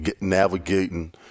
navigating